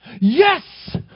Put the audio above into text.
Yes